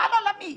כלל עולמי.